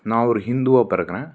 நான் ஒரு ஹிந்துவாக பிறக்கறேன்